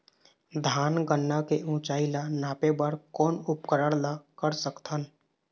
धान गन्ना के ऊंचाई ला नापे बर कोन उपकरण ला कर सकथन?